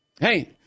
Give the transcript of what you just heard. hey